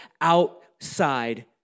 outside